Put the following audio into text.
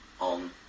on